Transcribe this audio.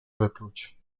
wypluć